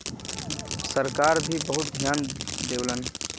सरकार भी बहुत धियान देवलन